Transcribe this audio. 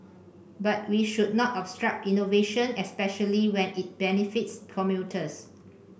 but we should not obstruct innovation especially when it benefits commuters